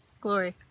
Glory